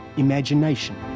imagination